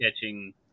catching